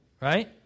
Right